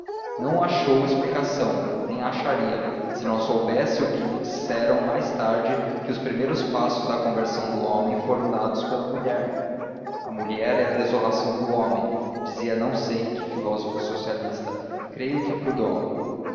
não achou explicação nem a acharia se não soubesse o que lhe disseram mais tarde que os primeiros passos da conversão do homem foram dados pela mulher a mulher é a desolação do homem dizia não sei que filósofo socialista creio que proudhon foi